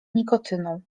nikotyną